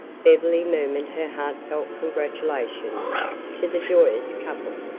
beverly murmured her heartfelt congratulations to the joyous couple.